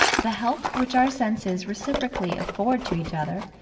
the help which our senses reciprocally afford to each other,